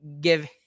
give